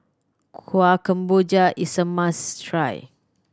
Kueh Kemboja is a must try